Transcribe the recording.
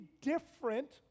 different